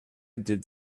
did